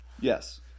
Yes